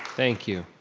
thank you.